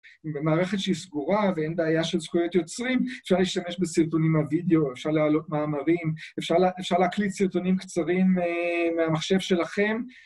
אם במערכת שהיא סגורה ואין בעיה של זכויות יוצרים אפשר להשתמש בסרטונים הווידאו, אפשר לעלות מאמרים, אפשר להקליט סרטונים קצרים מהמחשב שלכם.